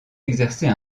exercer